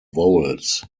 vowels